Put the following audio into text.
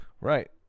right